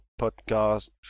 podcast